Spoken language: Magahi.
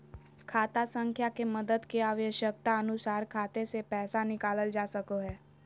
खाता संख्या के मदद से आवश्यकता अनुसार खाते से पैसा निकालल जा सको हय